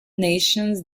nations